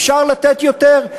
אפשר לתת יותר,